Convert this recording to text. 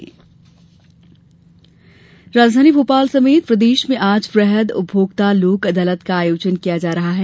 लोक अदालत राजधानी भोपाल समेत प्रदेश में आज वृहद उपभोक्ता लोक अदालत का आयोजन किया जा रहा है